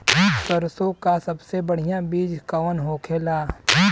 सरसों का सबसे बढ़ियां बीज कवन होखेला?